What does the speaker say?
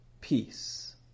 peace